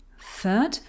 Third